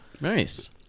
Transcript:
Nice